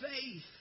faith